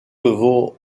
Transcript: vos